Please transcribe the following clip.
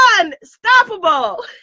unstoppable